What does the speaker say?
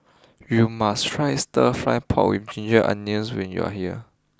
you must try Stir Fry Pork with Ginger Onions when you are here